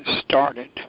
started